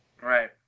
Right